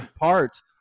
parts